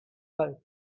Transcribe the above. kite